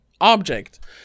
object